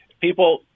people